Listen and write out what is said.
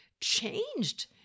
changed